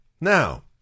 Now